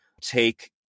take